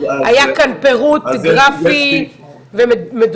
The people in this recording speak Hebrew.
היה כאן פירוט גרפי ומדויק.